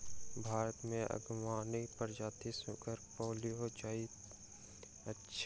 भारत मे अंगमाली प्रजातिक सुगर पाओल जाइत अछि